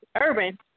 urban